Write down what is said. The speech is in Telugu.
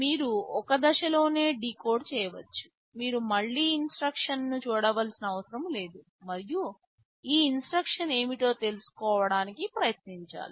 మీరు ఒక దశలోనే డీకోడ్ చేయవచ్చు మీరు మళ్ళీ ఇన్స్ట్రక్షన్ ను చూడవలసిన అవసరం లేదు మరియు ఈ ఇన్స్ట్రక్షన్ ఏమిటో తెలుసుకోవడానికి ప్రయత్నించాలి